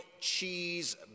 cheese